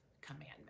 commandment